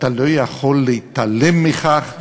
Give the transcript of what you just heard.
לא יכול להתעלם מכך,